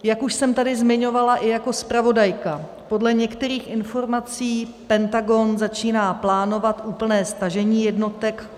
Jak už jsem tady zmiňovala i jako zpravodajka, podle některých informací Pentagon začíná plánovat úplné stažení jednotek k 31. květnu 2021.